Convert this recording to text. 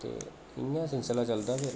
ते इ'यां सिलसिला चलदा फ्ही